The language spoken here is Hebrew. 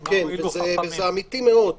וזה אמיתי מאוד.